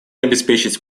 обеспечить